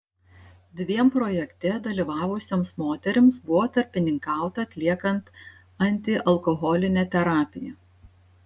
dviem projekte dalyvavusioms moterims buvo tarpininkauta atliekant antialkoholinę terapiją